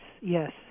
yes